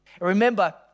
Remember